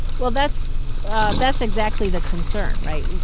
well, that's that's exactly the concern, right?